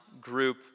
group